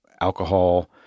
alcohol